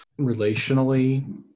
relationally